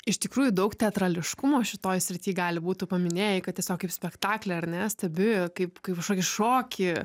iš tikrųjų daug teatrališkumo šitoj srity gali būtų paminėjai kad tiesiog kaip spektaklį ar ne stebi kaip kaip kažkokį šokį